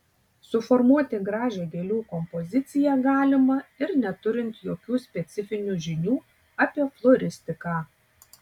suformuoti gražią gėlių kompoziciją galima ir neturint jokių specifinių žinių apie floristiką